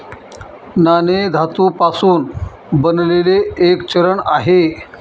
नाणे धातू पासून बनलेले एक चलन आहे